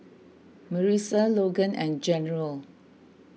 Marissa Logan and General